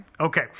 Okay